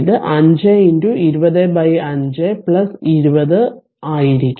ഇത് 5 205 20 ആയിരിക്കും